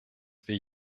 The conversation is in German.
wir